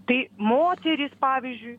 tai moterys pavyzdžiui